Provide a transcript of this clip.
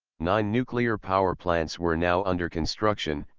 nine nuclear power plants were now under construction,